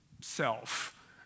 self